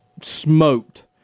smoked